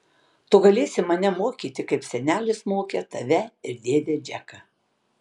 tu galėsi mane mokyti kaip senelis mokė tave ir dėdę džeką